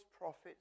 prophets